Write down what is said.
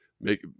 Make